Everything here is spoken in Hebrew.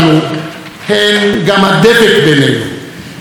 הן החוליה המחברת בין המחנות השונים,